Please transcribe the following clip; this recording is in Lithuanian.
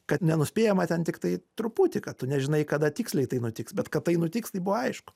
kad nenuspėjama ten tiktai truputį kad tu nežinai kada tiksliai tai nutiks bet kad tai nutiks tai buvo aišku